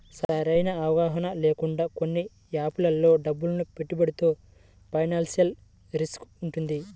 సరైన అవగాహన లేకుండా కొన్ని యాపారాల్లో డబ్బును పెట్టుబడితో ఫైనాన్షియల్ రిస్క్ వుంటది